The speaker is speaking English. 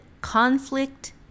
conflict